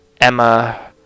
Emma